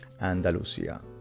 Andalusia